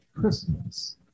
Christmas